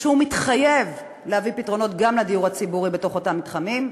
שהוא מתחייב להביא פתרונות גם לדיור הציבורי בתוך אותם מתחמים,